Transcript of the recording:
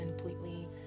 completely